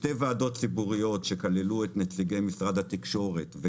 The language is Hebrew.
שתי ועדות ציבוריות שכללו את נציגי משרד התקשורת,